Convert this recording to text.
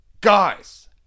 Guys